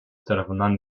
tarafından